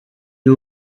you